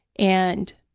and